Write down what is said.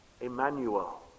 Emmanuel